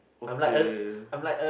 okay